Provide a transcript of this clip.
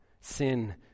sin